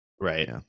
Right